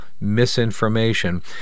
misinformation